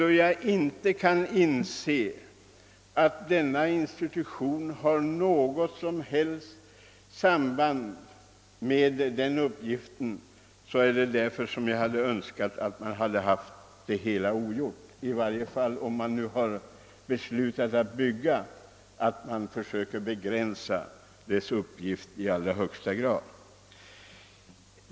Då jag inte kan inse att det planerade institutet har någen som helst betydelse för denna uppgift, hade jag helst önskat att det aldrig kom till stånd. I varje fall bör man, om man redan har beslutat att starta byggenskapen, försöka att i allra högsta grad begränsa institutets uppgifter.